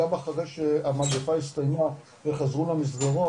גם אחרי שהמגפה הסתיימה וחזרו למסגרות,